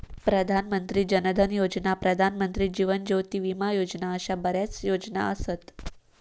प्रधान मंत्री जन धन योजना, प्रधानमंत्री जीवन ज्योती विमा योजना अशा बऱ्याच योजना असत